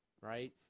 right